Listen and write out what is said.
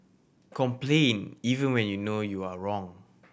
complain even when you know you are wrong